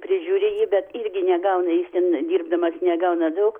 prižiūri jį bet irgi negauna jis dirbdamas negauna daug